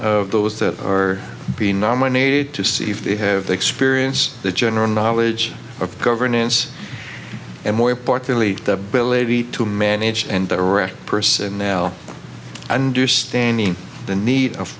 of those that are being nominated to see if they have the experience the general knowledge of governance and more importantly the bill a b to manage and direct personnel understanding the need of